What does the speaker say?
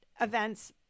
events